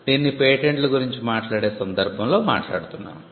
దీన్ని పేటెంట్ల గురించి మాట్లాడే సందర్భంలో మాట్లాడుతున్నాము